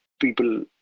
people